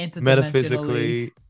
metaphysically